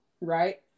right